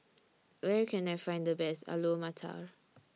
Where Can I Find The Best Alu Matar